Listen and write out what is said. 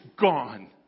gone